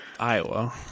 Iowa